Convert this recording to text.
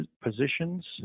positions